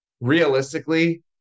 realistically